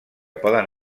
poden